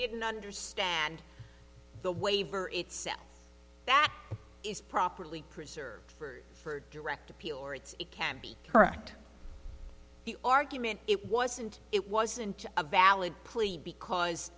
didn't understand the waiver itself that is properly preserved for direct appeal or it's it can be correct the argument it wasn't it wasn't a valid plea because